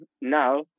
now